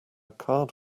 card